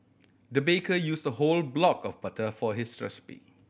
the baker used a whole block of butter for this recipe